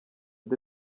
the